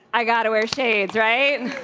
i gotta wear shades, right.